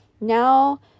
now